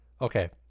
okay